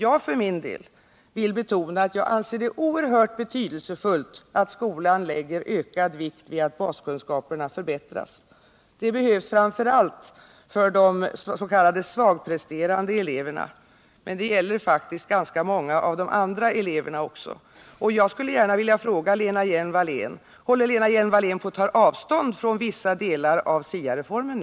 Jag för min del vill betona att jag anser det oerhört betydelsefullt att skolan lägger ökad vikt vid att baskunskaperna förbättras. Detta behövs framför allt för de s.k. svagpresterande eleverna, men det gäller faktiskt ganska många av de andra eleverna också. Jag skulle gärna vilja fråga Lena Hjelm-Wallén: Håller Lena Hjelm-Wallén nu på att ta avstånd från vissa delar av SIA-reformen?